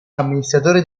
amministratore